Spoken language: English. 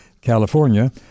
California